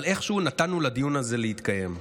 אבל איכשהו נתנו לדיון הזה להתקיים.